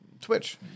Twitch